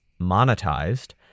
monetized